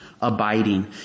Abiding